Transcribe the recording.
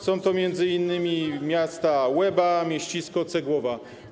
Są to m.in. miasta Łeba, Mieścisko, Cegłów.